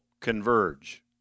converge